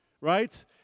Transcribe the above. right